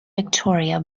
victoria